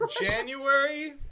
January